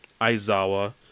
Aizawa